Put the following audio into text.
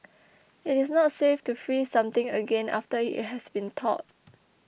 it is not safe to freeze something again after it has been thawed